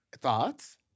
Thoughts